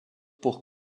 pour